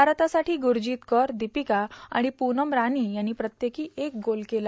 भारतासाठी ग्ररजित कौर दिपीका अणि पुनभरानी यांनी प्रत्येकी एक गोल केला